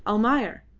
almayer!